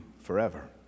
forever